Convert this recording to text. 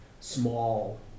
small